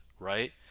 Right